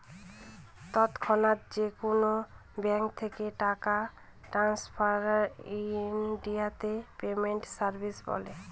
তৎক্ষণাৎ যেকোনো ব্যাঙ্ক থেকে টাকা ট্রান্সফারকে ইনডিয়াতে পেমেন্ট সার্ভিস বলে